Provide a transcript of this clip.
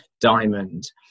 diamond